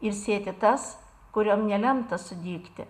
ir sėti tas kuriom nelemta sudygti